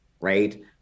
right